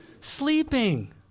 Sleeping